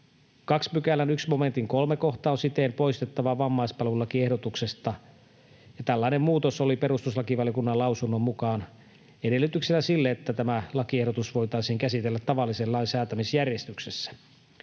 2 §:n 1 momentin 3 kohta on siten poistettava vammaispalvelulakiehdotuksesta. Tällainen muutos oli perustuslakivaliokunnan lausunnon mukaan edellytyksenä sille, että tämä lakiehdotus voitaisiin käsitellä tavallisen lain säätämisjärjestyksessä.